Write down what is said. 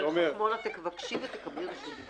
גברת חכמון, את תבקשי ותקבלי רשות דיבור.